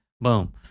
boom